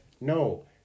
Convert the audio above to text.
No